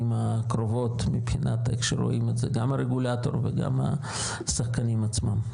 הקרובות מבחינת איך שרואים את זה גם הרגולטור וגם השחקנים עצמם.